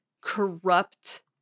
corrupt